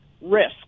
risk